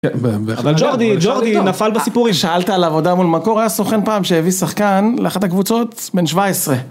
אבל ג'ורדי ג'ורדי נפל בסיפור, שאלת על עבודה מול מקור, היה סוכן פעם שהביא שחקן לאחת הקבוצות, בן 17